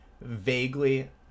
vaguely